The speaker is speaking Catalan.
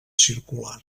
circular